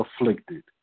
afflicted